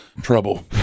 trouble